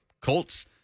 Colts